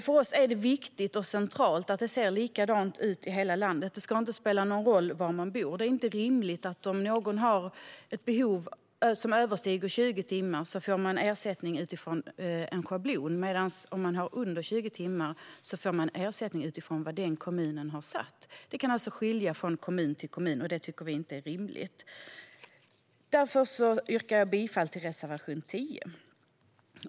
För oss är det viktigt och centralt att det ser likadant ut i hela landet. Det ska inte spela någon roll var man bor. Det är inte rimligt att personer som har ett behov som överstiger 20 timmar får ersättning utifrån en schablon, medan personer som har ett behov som understiger 20 timmar får ersättning utifrån vad kommunen har bestämt. Det kan alltså skilja från kommun till kommun, och det tycker vi inte är rimligt. Därför yrkar jag bifall till reservation 10.